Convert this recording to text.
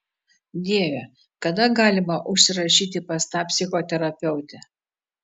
dieve kada galima užsirašyti pas tą psichoterapeutę